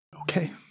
Okay